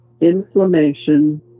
inflammation